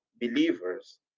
believers